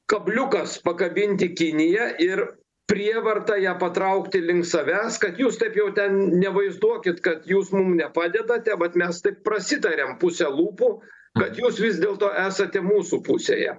kabliukas pakabinti kiniją ir prievarta ją patraukti link savęs kad jūs taip jau ten nevaizduokit kad jūs mum nepadedate vat mes taipk prasitariam puse lūpų kad jūs vis dėlto esate mūsų pusėje